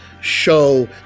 show